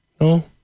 No